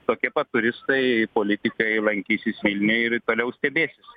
tokie pat turistai politikai lankysis vilniuj ir toliau stebėsis